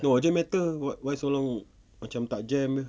urgent matter why why so long macam tak jam jer